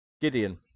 Gideon